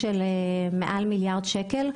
שעלותו היא מעל מיליארד שקלים.